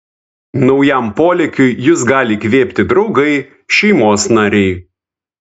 naujam polėkiui jus gali įkvėpti draugai šeimos nariai